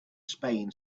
spain